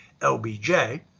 LBJ